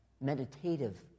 meditative